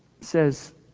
says